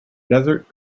desert